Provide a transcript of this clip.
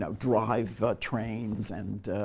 drive trains and